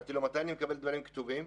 שאלתי אותו מתי אני מקבל דברים כתובים.